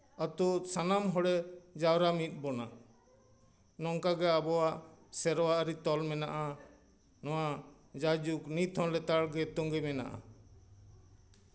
ᱟᱛᱳ ᱥᱟᱱᱟᱢ ᱦᱚᱲᱮ ᱡᱟᱣᱨᱟ ᱢᱤᱫ ᱵᱚᱱᱟ ᱱᱚᱝᱠᱟ ᱜᱮ ᱟᱵᱚᱣᱟᱜ ᱥᱮᱨᱣᱟ ᱟᱹᱨᱤ ᱛᱚᱞ ᱢᱮᱱᱟᱜᱼᱟ ᱱᱚᱣᱟ ᱡᱟᱭ ᱡᱩᱜᱽ ᱱᱤᱛ ᱦᱚᱸ ᱞᱮᱛᱟᱲ ᱜᱮ ᱛᱚᱝᱜᱮ ᱢᱮᱱᱟᱜᱼᱟ